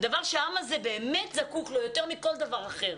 דבר שהעם הזה באמת זקוק לו יותר מכל דבר אחר,